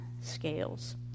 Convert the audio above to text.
scales